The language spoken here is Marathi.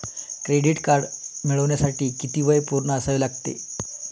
क्रेडिट कार्ड मिळवण्यासाठी किती वय पूर्ण असावे लागते?